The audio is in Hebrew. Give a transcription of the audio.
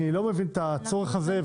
אני לא מבין את הצורך הזה.